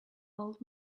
old